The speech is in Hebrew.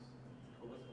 זה קיצוצים, עאידה, משלוש